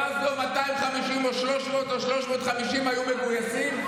אז גם 250 או 300 או 350 היו מגויסים,